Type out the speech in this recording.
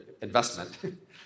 investment